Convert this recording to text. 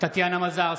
טטיאנה מזרסקי,